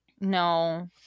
no